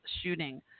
shooting